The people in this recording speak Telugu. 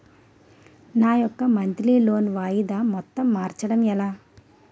నా యెక్క మంత్లీ లోన్ వాయిదా మొత్తం మార్చడం ఎలా?